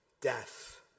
death